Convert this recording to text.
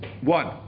one